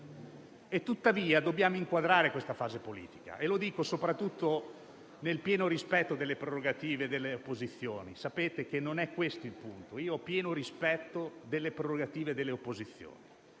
Tuttavia, dobbiamo inquadrare questa fase politica; lo dico nel pieno rispetto delle prerogative delle opposizioni. Sapete che non è questo il punto; ho pieno rispetto delle prerogative delle opposizioni,